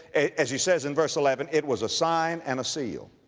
as he said in verse eleven, it was a sign and a seal.